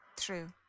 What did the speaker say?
True